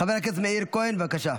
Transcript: חבר הכנסת מאיר כהן, בבקשה,